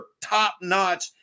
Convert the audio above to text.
top-notch